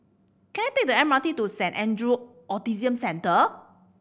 can I take the M R T to Saint Andrew Autism Centre